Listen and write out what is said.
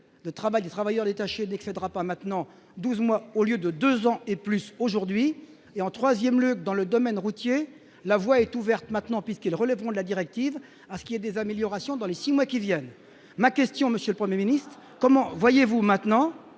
de travail du travailleur détaché n'excédera pas maintenant 12 mois au lieu de 2 ans et plus, aujourd'hui, et en 3ème lieu dans le domaine routier, la voie est ouverte maintenant puisqu'ils relèveront de la directive à ce qui est des améliorations dans les 6 mois qui viennent, ma question, monsieur le 1er ministre comment voyez-vous maintenant